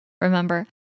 Remember